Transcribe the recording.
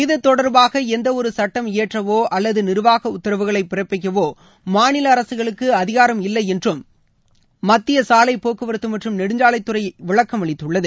இது தொடர்பாக எந்தவொரு சுட்டம் இயற்றவோ அல்லது நிர்வாக உத்தரவுகளை பிறப்பிக்கவோ மாநில அரசுகளுக்கு அதிகாரம் இல்லை என்றும் மத்திய சாலைப்போக்குவரத்து மற்றும் நெடுஞ்சாலைத்துறை விளக்கம் அளித்துள்ளது